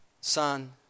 Son